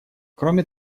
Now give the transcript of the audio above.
кроме